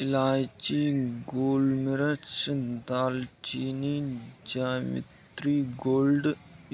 इलायची, गोलमिर्च, दालचीनी, जावित्री, लौंग